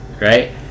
Right